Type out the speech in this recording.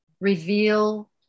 reveal